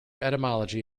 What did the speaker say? etymology